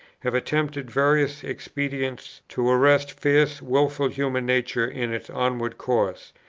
have attempted various expedients to arrest fierce wilful human nature in its onward course,